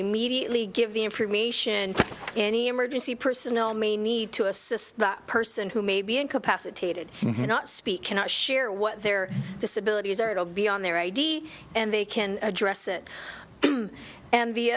immediately give the information any emergency personnel may need to assist that person who may be incapacitated and cannot speak cannot share what their disabilities are it'll be on their id and they can address it and